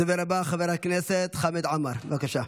הדובר הבא, חמד עמאר, בבקשה.